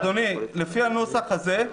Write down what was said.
לפי הנוסח הזה,